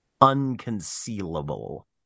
Unconcealable